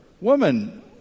Woman